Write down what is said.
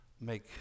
make